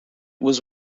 was